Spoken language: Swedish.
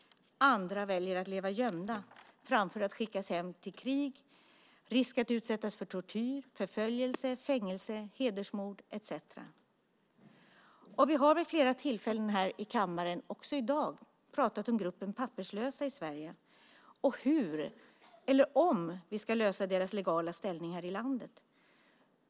Andra väljer att leva gömda framför att skickas hem till krig, risk att utsättas för tortyr, förföljelse, fängelse, hedersmord etcetera. Vi har vid flera tillfällen här i kammaren, också i dag, pratat om gruppen papperslösa i Sverige och hur, eller om, vi ska lösa frågan om deras legala ställning här i landet.